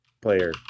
player